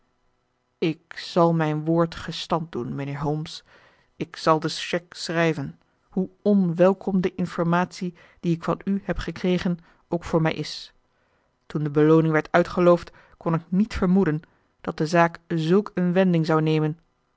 ik zal mijn woord gestand doen mijnheer holmes ik zal de chèque schrijven hoe onwelkom de informatie die ik van u heb gekregen ook voor mij is toen de belooning werd uitgeloofd kon ik niet vermoeden dat de zaak zulk een wending zou nemen